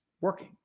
working